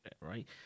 right